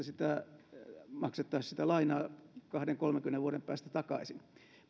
sitä lainaa maksettaisiin kahdenkymmenen viiva kolmenkymmenen vuoden päästä takaisin